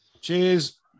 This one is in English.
cheers